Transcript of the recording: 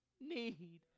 need